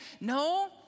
No